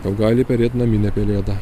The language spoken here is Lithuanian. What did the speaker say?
o gali perėt naminė pelėda